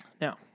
Now